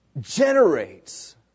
generates